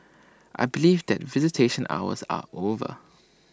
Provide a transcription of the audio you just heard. I believe that visitation hours are over